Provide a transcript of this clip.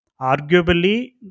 Arguably